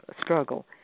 struggle